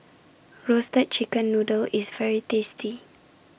Roasted Chicken Noodle IS very tasty